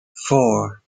four